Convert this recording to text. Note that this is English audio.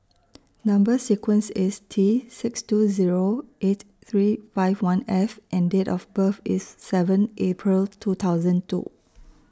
Number sequence IS T six two Zero eight three five one F and Date of birth IS seven April two thousand two